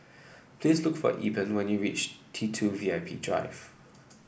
please look for Eben when you reach T two V I P Drive